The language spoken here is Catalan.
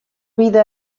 vida